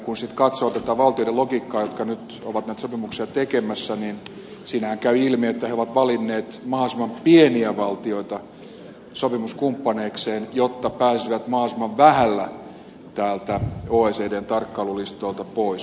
kun sitten katsoo tätä valtioiden logiikkaa jotka nyt ovat näitä sopimuksia tekemässä niin siinähän käy ilmi että ne ovat valinneet mahdollisimman pieniä valtioita sopimuskumppaneikseen jotta pääsisivät mahdollisimman vähällä oecdn tarkkailulistoilta pois